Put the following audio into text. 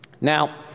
Now